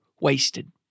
wasted